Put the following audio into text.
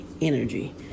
energy